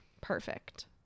Perfect